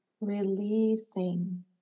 releasing